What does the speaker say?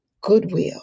goodwill